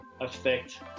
affect